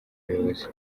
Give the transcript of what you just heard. ubuyobozi